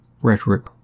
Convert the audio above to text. rhetoric